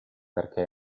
perché